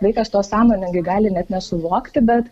vaikas to sąmoningai gali net nesuvokti bet